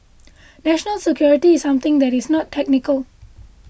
national security is something that is not technical